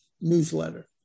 newsletter